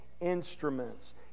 instruments